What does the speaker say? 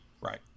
Right